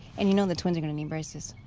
and you know the twins are going to need braces.